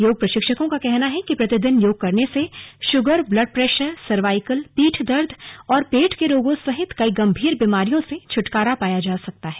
योग प्रशिक्षकों का कहना है कि प्रतिदिन योग करने से शुगर ब्लडप्रेशर सरवाईकल पीठ दर्द और पेट के रोगों सहित कई गंभीर बीमारियों से छुटकारा पाया जा सकता है